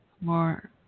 More